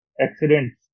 accidents